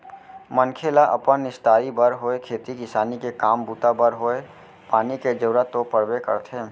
मनखे ल अपन निस्तारी बर होय खेती किसानी के काम बूता बर होवय पानी के जरुरत तो पड़बे करथे